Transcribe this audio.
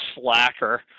slacker